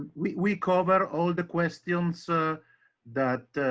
we we cover all the questions ah that